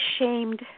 ashamed